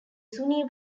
sunni